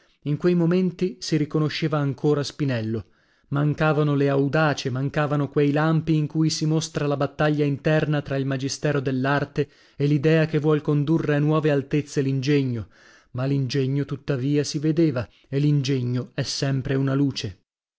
in quei momenti si riconosceva ancora spinello mancavano le audacie mancavano quei lampi in cui si mostra la battaglia interna tra il magistero dell'arte e l'idea che vuol condurre a nuove altezze l'ingegno ma l'ingegno tuttavia si vedeva e l'ingegno è sempre una luce